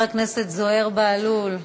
חבר הכנסת זוהיר בהלול,